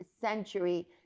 century